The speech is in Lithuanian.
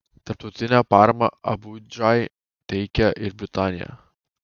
tarptautinę paramą abudžai teikia ir britanija